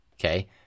Okay